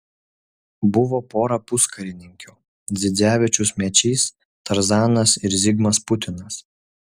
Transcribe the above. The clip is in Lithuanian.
buvo pora puskarininkių dzidzevičius mečys tarzanas ir zigmas putinas